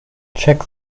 check